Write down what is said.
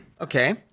Okay